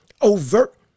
overt